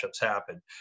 happen